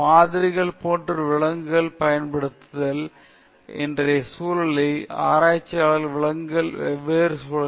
மாதிரிகள் போன்ற விலங்குகளைப் பயன்படுத்துதல் இன்றைய சூழலில் ஆராய்ச்சியாளர்கள் விலங்குகளை வெவ்வேறு வழிகளில் பயன்படுத்துகின்றனர்